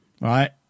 Right